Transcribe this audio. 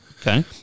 Okay